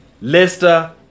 Leicester